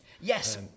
Yes